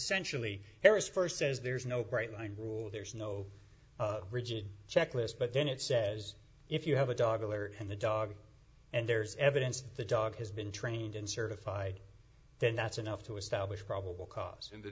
essentially harris first says there's no bright line rule there's no rigid checklist but then it says if you have a dog a lawyer and the dog and there's evidence the dog has been trained and certified then that's enough to establish probable cause in the